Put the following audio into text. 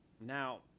Now